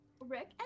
rick